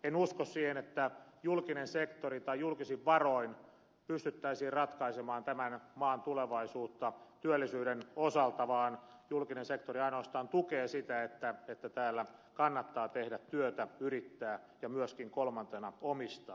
en usko siihen että julkisella sektorilla tai julkisin varoin pystyttäisiin ratkaisemaan tämän maan tulevaisuutta työllisyyden osalta vaan julkinen sektori ainoastaan tukee sitä että täällä kannattaa tehdä työtä yrittää ja kolmanneksi myöskin omistaa